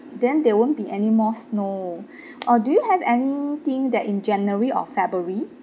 then there won't be any more snow or do you have anything that in january or february